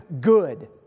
good